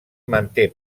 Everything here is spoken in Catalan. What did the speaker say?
manté